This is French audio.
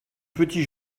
petit